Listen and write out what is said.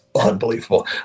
unbelievable